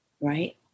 right